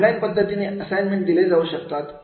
online पद्धतीने assignments दिले जाऊ शकतात